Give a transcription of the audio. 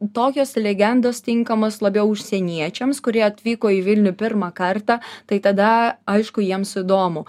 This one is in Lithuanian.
tokios legendos tinkamos labiau užsieniečiams kurie atvyko į vilnių pirmą kartą tai tada aišku jiems įdomu